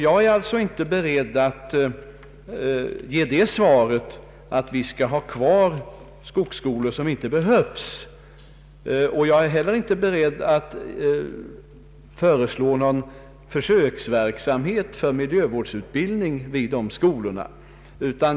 Jag är alltså inte beredd att ge det svaret att vi skall ha kvar skogsskolor som inte behövs. Jag är inte heller beredd att föreslå någon försöksverksamhet för miljövårdsutbildning vid dessa skolor.